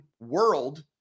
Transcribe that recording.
world